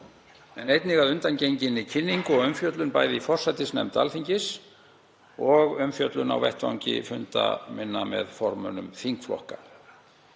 en einnig að undangenginni kynningu og umfjöllun bæði í forsætisnefnd Alþingis og umfjöllun á vettvangi funda minna með formönnum þingflokka.